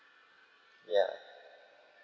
ya